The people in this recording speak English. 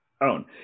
own